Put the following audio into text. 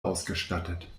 ausgestattet